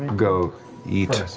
go eat.